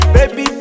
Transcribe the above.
Baby